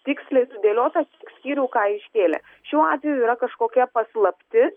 tiksliai sudėliotas skyrių ką iškėlė šiuo atveju yra kažkokia paslaptis